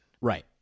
Right